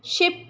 ship